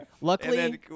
Luckily